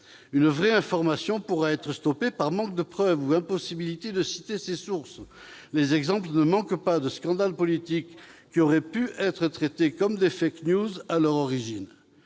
Une vraie information pourra être arrêtée par manque de preuves ou impossibilité de citer ses sources. Les exemples de scandales politiques qui auraient pu être traités comme des à leur origine